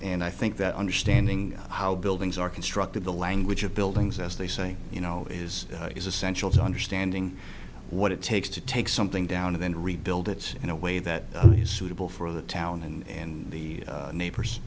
and i think that understanding how buildings are constructed the language of buildings as they say you know is is essential to understanding what it takes to take something down and then rebuild it in a way that is suitable for the town and the neighbors